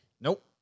Nope